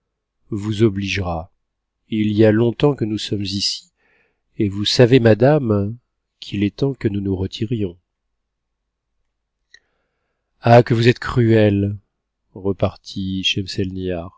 vous obligera il y a longtemps que nous sommes ici et vous savez madame qu'il est temps que nous nous retirions ah que vous êtes cruel repartit